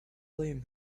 blame